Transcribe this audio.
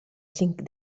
cinc